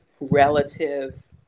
relatives